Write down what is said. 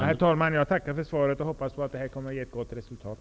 Herr talman! Jag tackar för svaret och hoppas att det här kommer att ge ett gott resultat.